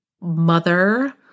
mother